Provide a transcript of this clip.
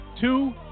two